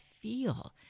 feel